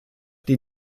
die